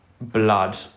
blood